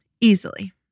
Easily